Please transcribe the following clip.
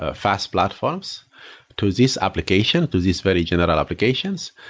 ah faas platforms to this application, to this very general applications,